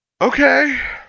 Okay